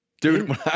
Dude